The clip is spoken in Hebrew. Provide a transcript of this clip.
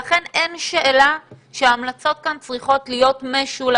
לכן אין שאלה שההמלצות כאן צריכות להיות משולבות,